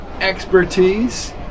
expertise